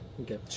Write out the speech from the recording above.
Okay